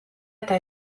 eta